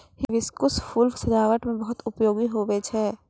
hibiscus फूल सजाबट मे बहुत उपयोगी हुवै छै